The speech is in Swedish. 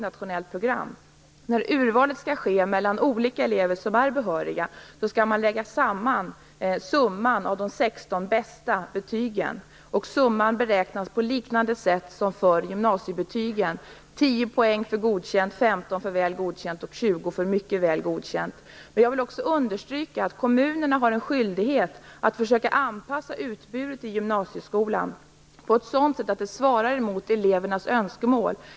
När urvalet skall ske mellan olika elever som är behöriga skall summan av de 16 bästa betygen läggas samman. Summan beräknas på liknande sätt som för gymnasiebetygen: 10 poäng för betyget godkänd, 15 poäng för betyget väl godkänd och 20 poäng för betyget mycket väl godkänd. Jag vill också understryka att kommunerna har en skyldighet att försöka att anpassa utbudet i gymnasieskolan på ett sådant sätt att det svarar mot elevernas önskemål.